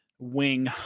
wing